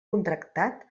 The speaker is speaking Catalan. contractat